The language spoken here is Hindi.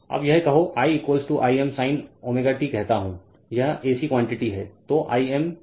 अब यह कहो I I m sin ω t कहता हूं यह ac क्वांटिटी है